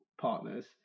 partners